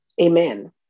Amen